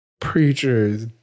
preachers